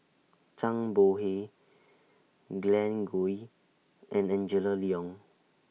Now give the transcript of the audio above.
Zhang Bohe Glen Goei and Angela Liong